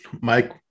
Mike